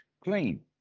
clean